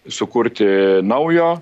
sukurti naujo